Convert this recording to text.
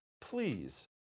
Please